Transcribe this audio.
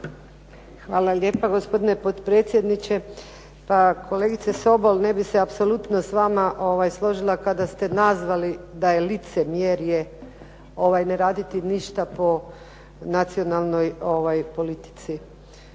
Hvala lijepo gospodine potpredsjedniče. Pa kolegice Sobol ne bih se s vama apsolutno složila kada ste nazvali da je licemjerje ne raditi ništa po nacionalnoj politici